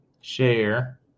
Share